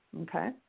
okay